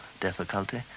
difficulty